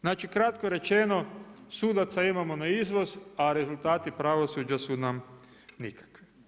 Znači kratko rečeno sudaca imamo na izvoz a rezultati pravosuđa su nam nikakvi.